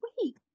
Wait